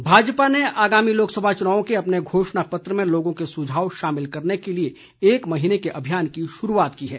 घोषणा पत्र भाजपा ने आगामी लोकसभा चुनाव के अपने घोषणा पत्र में लोगों के सुझाव शामिल करने के लिए एक महीने के अभियान की शुरूआत की है